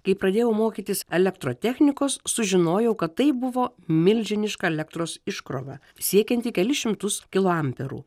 kai pradėjau mokytis elektrotechnikos sužinojau kad tai buvo milžiniška elektros iškrova siekianti kelis šimtus kiloamperų